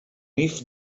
nif